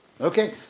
Okay